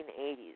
1980s